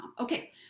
Okay